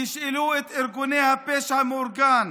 תשאלו את ארגוני הפשע המאורגן